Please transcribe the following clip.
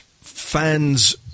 fans